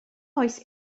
oes